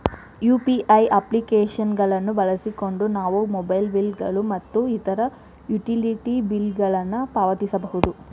UPI application ಗಳನ್ನು ಬಳಸಿಕೊಂಡು ನಾವು ಮೊಬೈಲ್ ಬಿಲ್ ಗಳು ಮತ್ತು ಇತರ ಯುಟಿಲಿಟಿ ಬಿಲ್ ಗಳನ್ನು ಪಾವತಿಸಬಹುದು